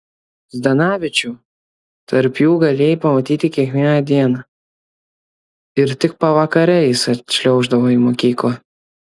zdanavičių tarp jų galėjai pamatyti kiekvieną dieną ir tik pavakare jis atšliauždavo į mokyklą